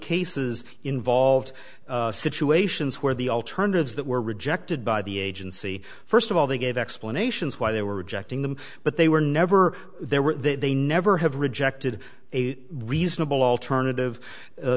cases involved situations where the alternatives that were rejected by the agency first of all they gave explanations why they were rejecting them but they were never there were they never have rejected a reasonable alternative